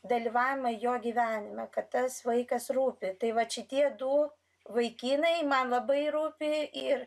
dalyvavimą jo gyvenime kad tas vaikas rūpi tai vat šitie du vaikinai man labai rūpi ir